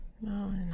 No